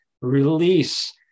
release